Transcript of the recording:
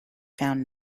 found